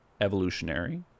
evolutionary